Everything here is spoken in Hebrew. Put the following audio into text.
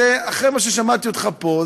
אחרי מה ששמעתי אותך פה,